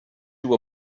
you